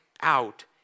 out